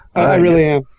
i really am.